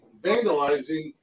vandalizing